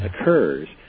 occurs